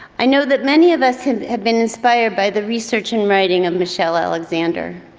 i know that many of us have have been inspired by the research and writing of michelle alexander.